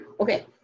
okay